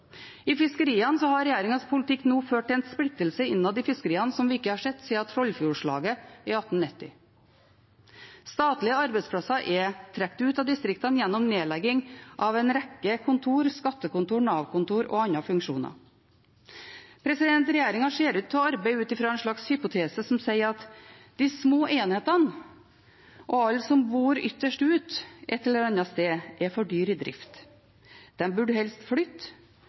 I fiskeriene har regjeringens politikk nå ført til en splittelse innad i fiskeriene som vi ikke har sett siden Trollfjordslaget i 1890. Statlige arbeidsplasser er trukket ut av distriktene gjennom nedlegging av en rekke kontor – skattekontor, Nav-kontor og andre funksjoner. Regjeringen ser ut til å arbeide ut fra en slags hypotese som sier at de små enhetene og alle som bor «ytterst ute» et eller annet sted, er for dyre i drift. De burde helst flytte.